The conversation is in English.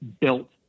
built